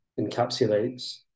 encapsulates